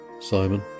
Simon